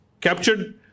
captured